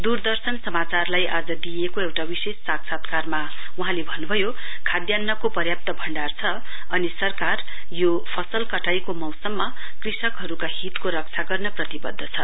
दूरदर्शन समाचारलाई आज दिइएको एउटा विशेष साक्षात्कारमा वहाँले भन्नुभयो खाद्यान्नको पर्याप्त भण्डार छ अनि सरकार यो फसल कटाईको मौसममा कृषकहरुका हितको रक्षा गर्न प्रतिवध्द छ